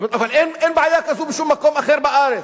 אבל אין בעיה כזו בשום מקום אחר בארץ,